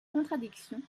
contradictions